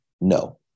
No